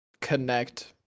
connect